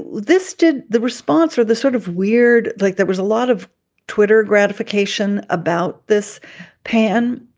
this did the response or the sort of weird like that was a lot of twitter gratification about this pan.